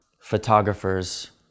photographers